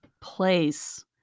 place